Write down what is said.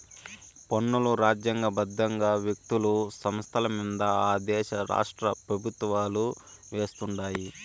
పన్నులు రాజ్యాంగ బద్దంగా వ్యక్తులు, సంస్థలమింద ఆ దేశ రాష్ట్రపెవుత్వాలు వేస్తుండాయి